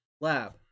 lab